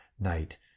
night